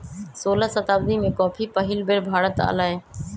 सोलह शताब्दी में कॉफी पहिल बेर भारत आलय